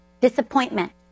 disappointment